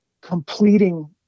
completing